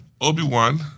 Obi-Wan